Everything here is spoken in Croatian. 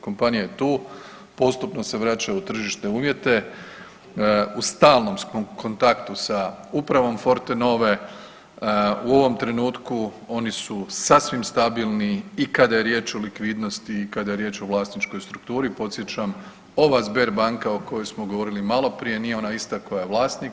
Kompanija je tu, postupno se vraća u tržišne uvjete, u stalnom smo kontaktu sa Upravom Fortenove, u ovom trenutku oni su sasvim stabilni i kad je riječ o likvidnosti i kad je riječ o vlasničkoj strukturi, podsjećam, ova Sberbanka o kojoj smo govorili maloprije, nije ona ista koja je vlasnik.